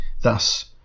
Thus